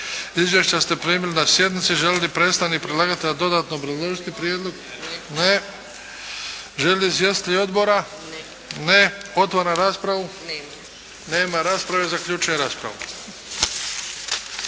Izvješća ste primili na sjednici. Želi li predstavnik predlagatelja dodatno obrazložiti prijedlog? Ne. Želi li izvjestitelj odbora? Ne. Otvaram raspravu. Nema rasprave. Zaključujem raspravu.